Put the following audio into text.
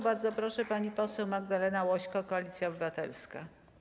Bardzo proszę, pani poseł Magdalena Łośko, Koalicja Obywatelska.